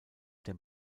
dem